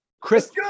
Chris